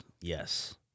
Yes